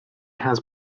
has